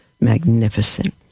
magnificent